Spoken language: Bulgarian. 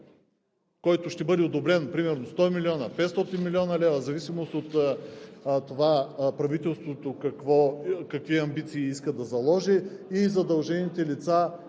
който ще бъде одобрен, примерно 100 млн. лв., 500 млн. лв., в зависимост от това правителството какви амбиции иска да заложи. Задължените лица,